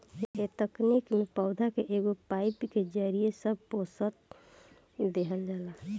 ए तकनीक में पौधा के एगो पाईप के जरिये सब पोषक देहल जाला